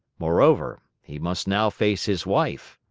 moreover, he must now face his wife.